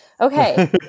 Okay